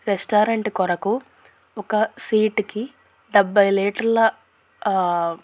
restaurant కొరకు ఒక సీట్కి డెబ్భై లీటర్ల